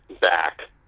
back